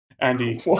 Andy